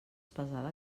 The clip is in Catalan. pesada